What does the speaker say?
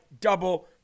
double